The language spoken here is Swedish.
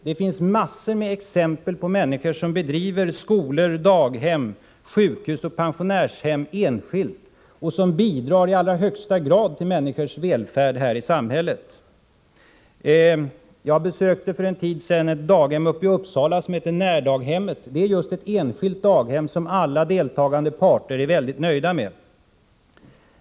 Det finns massor på exempel på människor som driver skolor, daghem, sjukhus och pensionärshem enskilt och som i allra högst grad bidrar till människors välfärd i detta samhälle. Jag besökte för en tid sedan ett daghem i Uppsala som heter Närdaghemmet. Det är ett enskilt daghem som alla deltagande parter är mycket nöjda med.